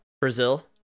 Brazil